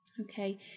Okay